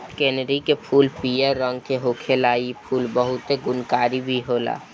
कनेरी के फूल पियर रंग के होखेला इ फूल बहुते गुणकारी भी होला